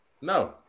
No